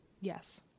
Yes